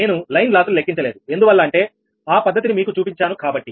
నేను లైన్ లాసులు లెక్కించలేదు ఎందువల్ల అంటే ఆ పద్ధతిని మీకు చూపించాను కాబట్టి